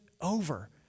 over